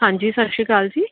ਹਾਂਜੀ ਸਤਿ ਸ਼੍ਰੀ ਅਕਾਲ ਜੀ